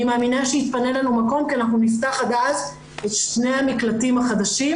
מאמינה שיתפנה לנו מקום כי אנחנו נפתח עד אז את שני המקלטים החדשים,